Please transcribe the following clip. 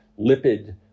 lipid